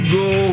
go